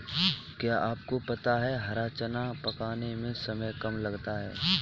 क्या आपको पता है हरा चना पकाने में समय कम लगता है?